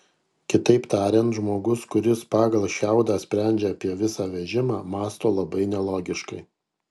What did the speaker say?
kitaip tariant žmogus kuris pagal šiaudą sprendžia apie visą vežimą mąsto labai nelogiškai